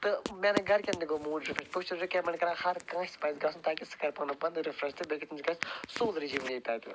تہٕ مِیانیٚن گھرِکیٚن تہِ گوٚو موٗڈ رِفریٚش بہٕ چھُس رِکَمیٚنٛڈ کران ہَر کٲنسہِ پَزِ گژھُن تاکہِ سُہ کرِ پَنُن پان رِفریش تہٕ بیٚیہِ تٔمس گژھہِ سول رِجُووِنیٹ